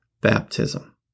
baptism